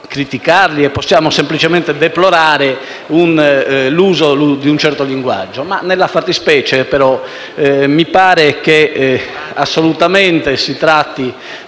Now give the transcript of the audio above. criticare. Possiamo semplicemente deplorare l'uso di un certo linguaggio, ma, nella fattispecie, mi pare assolutamente che si tratti